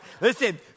Listen